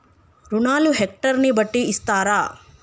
రుణాలు హెక్టర్ ని బట్టి ఇస్తారా?